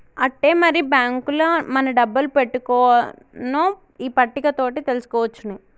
ఆట్టే మరి బాంకుల మన డబ్బులు పెట్టుకోవన్నో ఈ పట్టిక తోటి తెలుసుకోవచ్చునే